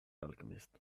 alchemist